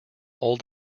old